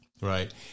right